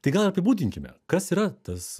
tai gal apibūdinkime kas yra tas